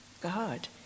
God